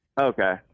okay